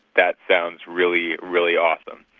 that sounds really, really awesome.